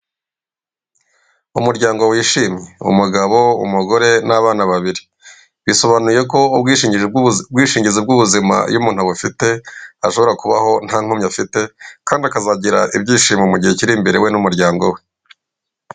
Mu muryango wishimye umugabo, umugore, n'abana babiri. Bisobanuye ko ubwishingizi bw'ubwishingizi bw'ubuzima iyo umuntu abufite ashobora kubaho nta nkomyi afite, kandi akazagira ibyishimo mu gihe kiri imbere we n'umuryango we.